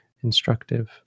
instructive